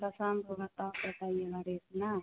पसंद हो बताओ तो बताइएगा रेट न